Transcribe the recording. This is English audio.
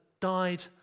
died